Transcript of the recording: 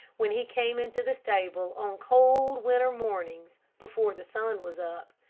when he came into the stable on cold winter mornings, before the sun was up.